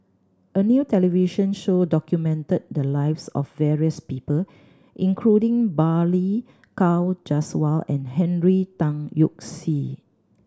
a new television show documented the lives of various people including Balli Kaur Jaswal and Henry Tan Yoke See